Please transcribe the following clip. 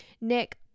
Nick